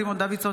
סימון דוידסון,